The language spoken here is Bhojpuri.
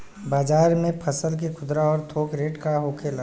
बाजार में फसल के खुदरा और थोक रेट का होखेला?